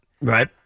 Right